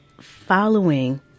following